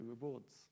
rewards